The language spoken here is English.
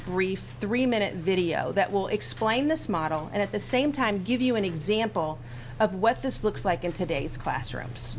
brief three minute video that will explain this model and at the same time give you an example of what this looks like in today's classrooms